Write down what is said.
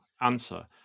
answer